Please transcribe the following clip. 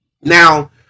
now